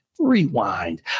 Rewind